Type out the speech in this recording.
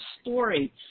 story